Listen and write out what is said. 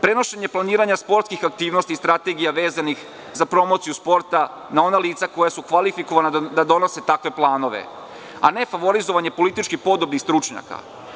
Prenošenje planiranja sportskih aktivnosti i strategija vezanih za promociju sporta na ona lica koja su kvalifikovana da donese takve planove,a ne favorizovanje političke podobnih stručnjaka.